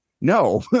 No